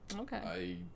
okay